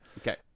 Okay